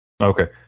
Okay